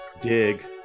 Dig